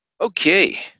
Okay